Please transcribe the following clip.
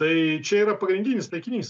tai čia yra pagrindinis taikinys